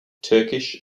turkish